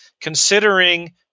considering